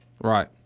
Right